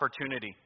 opportunity